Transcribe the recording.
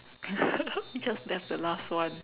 we just that's the last one